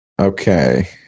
Okay